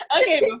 okay